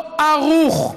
לא ערוך.